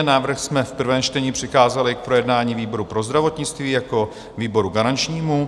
Návrh jsme v prvním čtení přikázali k projednání výboru pro zdravotnictví jako výboru garančnímu.